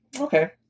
Okay